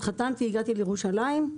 התחתנתי, הגעתי לירושלים,